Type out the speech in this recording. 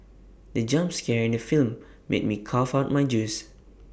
the jump scare in the film made me cough out my juice